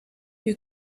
you